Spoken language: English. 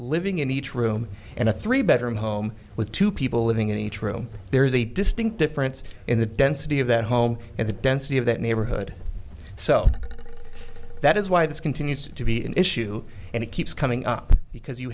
living in each room and a three bedroom home with two people living in each room there is a distinct difference in the density of that home and the density of that neighborhood so that is why this continues to be an issue and it keeps coming up because you